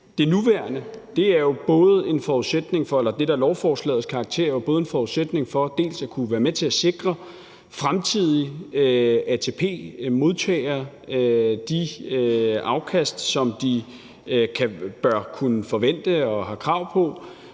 karakter, er jo både en forudsætning for dels at kunne være med til at sikre fremtidige ATP-modtagere de afkast, som de bør kunne forvente og har krav på,